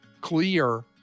clear